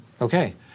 Okay